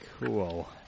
Cool